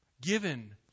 given